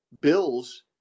bills